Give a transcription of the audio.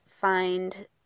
find